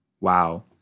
Wow